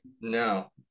No